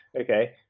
Okay